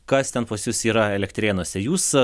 kas ten pas jus yra elektrėnuose jūs